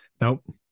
nope